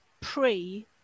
pre